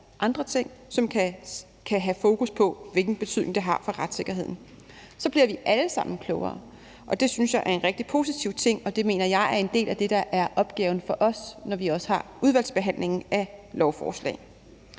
andre ting, som kan have fokus på, hvilken betydning det har for retssikkerheden. Så bliver vi alle sammen klogere, og det synes jeg er en rigtig positiv ting, og det mener jeg er en del af det, der er opgaven for os, når vi har udvalgsbehandlingen af lovforslag.